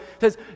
says